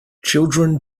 children